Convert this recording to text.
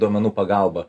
duomenų pagalba